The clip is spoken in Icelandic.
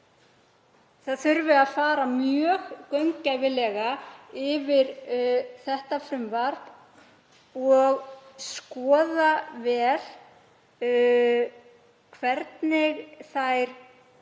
það þurfi að fara mjög gaumgæfilega yfir frumvarpið og skoða vel hvernig þær